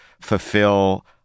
fulfill